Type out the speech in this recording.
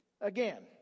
Again